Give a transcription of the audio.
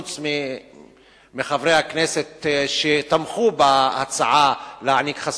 חוץ מחברי הכנסת שתמכו בהצעה להעניק חסינות,